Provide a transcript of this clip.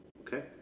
okay